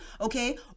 okay